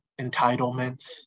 entitlements